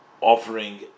offering